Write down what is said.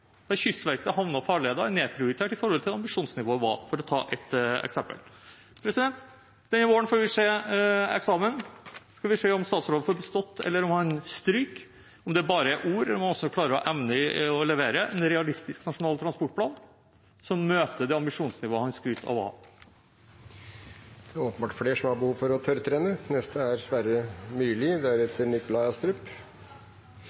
Kystverket, havner og farleier er nedprioritert i forhold til hva ambisjonsnivået var, for å ta ett eksempel. Denne våren får vi se eksamen. Da skal vi se om statsråden får bestått, eller om han stryker, om det bare er ord, eller om han også evner å levere en realistisk nasjonal transportplan, som møter det ambisjonsnivået han skryter av å ha. Det er åpenbart flere som har behov for å tørrtrene.